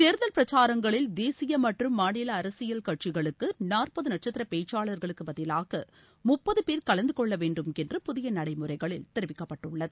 தேர்தல் பிரச்சாரங்களில் தேசிய மற்றும் மாநில அரசியல் கட்சிகளுக்கு நாற்பது நட்சத்திர பேச்சாளர்களுக்குப் பதிலாக முப்பது பேர் கலந்து கொள்ள வேண்டும் என்று புதிய நடைமுறைகளில் தெரிவிக்கப்பட்டுள்ளது